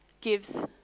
gives